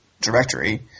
directory